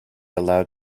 allowed